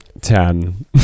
Ten